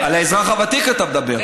על האזרח הוותיק, אתה מדבר.